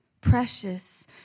Precious